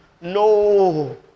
No